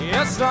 Yes